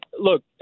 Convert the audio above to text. Look